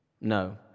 No